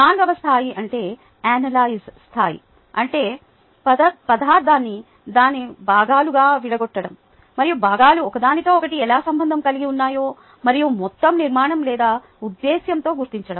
నాల్గవ స్థాయి అంటే అనలైజ్ స్థాయి అంటే పదార్థాన్ని దాని భాగాలుగా విడగొట్టడం మరియు భాగాలు ఒకదానితో ఒకటి ఎలా సంబంధం కలిగి ఉన్నాయో మరియు మొత్తం నిర్మాణం లేదా ఉద్దేశ్యంతో గుర్తించడం